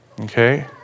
Okay